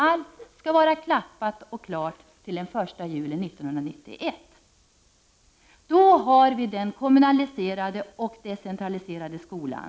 Allt ska vara klappat och klart till den 1 juli 1991. Då har vi den kommunaliserade och decentraliserade skolan.